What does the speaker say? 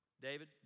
David